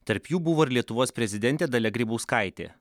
tarp jų buvo ir lietuvos prezidentė dalia grybauskaitė